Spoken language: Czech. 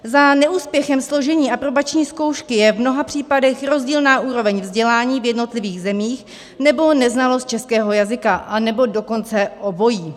Za neúspěchem složení aprobační zkoušky je v mnoha případech rozdílná úroveň vzdělání v jednotlivých zemích nebo neznalost českého jazyka, nebo dokonce obojí.